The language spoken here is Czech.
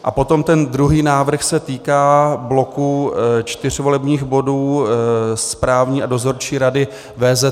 A potom ten druhý návrh se týká bloku čtyř volebních bodů, správní a dozorčí rady VZP.